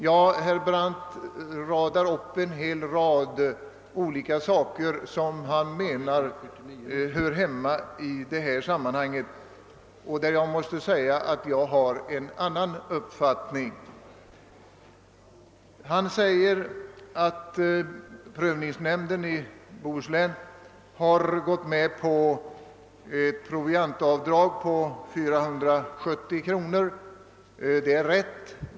Jo, herr Brandt räknar upp en hel rad olika saker, som han menar hör hemma i detta sammanhang men där jag har «en helt annan uppfattning. Herr Brandt säger att prövnings nämnden i Göteborgs och Bohus län gått med på ett proviantavdrag på 470 kronor. Det är rätt.